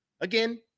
Again